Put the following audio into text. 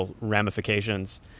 ramifications